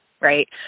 right